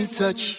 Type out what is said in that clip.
touch